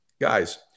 guys